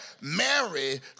Mary